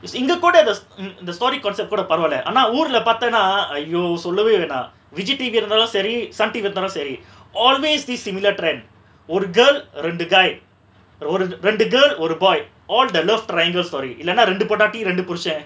is இங்க கூட:inga kooda there's mm இந்த:intha story concept கூட பரவால ஆனா ஊர்ல பாதனா:kooda paravala aana oorla paathana !aiyo! சொல்லவே வேணா:sollave vena vijay T_V இருந்தாலு சரி:irunthalu sari sun T_V இருந்தாலு சரி:irunthalu sari always this similar trend ஒரு:oru girl ரெண்டு:rendu guy ஒரு:oru ரெண்டு:rendu girl ஒரு:oru boy all the love triangle story இல்லனா ரெண்டு பொண்டாட்டி ரெண்டு புருஷ:illana rendu pondati rendu purusa